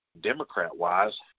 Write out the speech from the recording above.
Democrat-wise